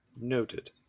noted